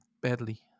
badly